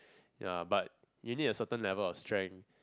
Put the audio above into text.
ya but you need a certain level of strength